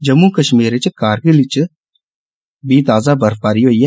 जम्मू कष्मीर च करगिल च बी ताजा बर्फबारी होई ऐ